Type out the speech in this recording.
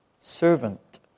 servant